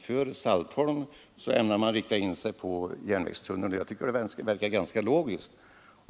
för Saltholm, ämnar inrikta sig på järnvägstunnel. Jag tycker att det är ganska logiskt.